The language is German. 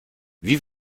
wie